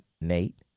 Nate